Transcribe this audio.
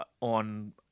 on